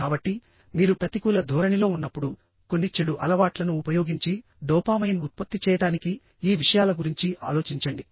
కాబట్టి మీరు ప్రతికూల ధోరణిలో ఉన్నప్పుడు కొన్ని చెడు అలవాట్లను ఉపయోగించి డోపామైన్ ఉత్పత్తి చేయడానికి ఈ విషయాల గురించి ఆలోచించండి